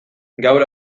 gaur